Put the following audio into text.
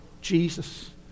Jesus